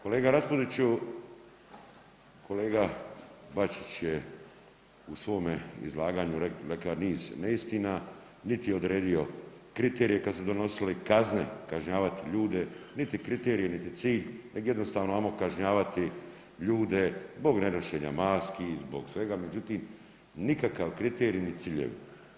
Kolega Raspudiću, kolega Bačić je u svome izlaganju reka niz neistina niti je odredio kriterije kad su donosili, kazne kažnjavati ljude, niti kriterije niti cilj, neg jednostavno ajmo kažnjavati ljude zbog nenošenja maski, zbog svega, međutim nikakav kriterij ni ciljevi.